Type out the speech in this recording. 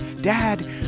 Dad